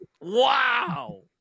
Wow